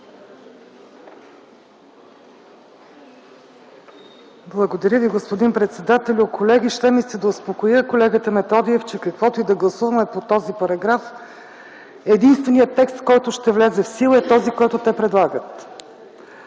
Благодаря Ви, господин председателю. Колеги, ще ми се да успокоя колегата Методиев, че каквото и да гласуваме по този параграф, единственият текст, който ще влезе в сила, е този, който те предлагат.